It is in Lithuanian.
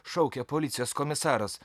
šaukė policijos komisaras